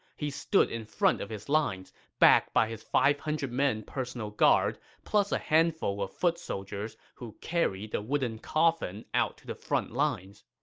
he stood in front of his lines, backed by his five hundred men personal guard, plus a handful of foot soldiers who carried the wooden coffin out to the front lines.